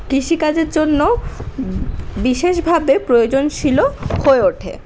কৃষিকাজের জন্য বিশেষভাবে প্রয়োজনশীলও হয়ে ওঠে